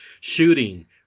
shooting